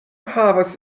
havas